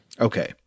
Okay